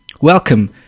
welcome